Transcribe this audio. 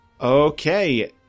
okay